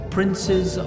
Princes